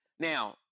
Now